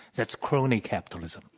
that's crony capitalism.